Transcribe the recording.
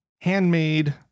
handmade